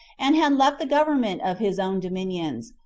and had left the government of his own dominions,